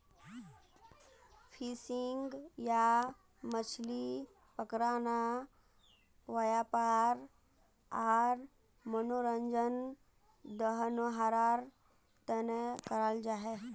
fishing या मछली पकड़ना वयापार आर मनोरंजन दनोहरार तने कराल जाहा